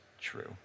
true